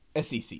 SEC